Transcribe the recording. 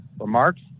remarks